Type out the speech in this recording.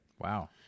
Wow